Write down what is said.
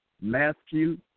Matthew